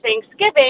Thanksgiving